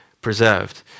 preserved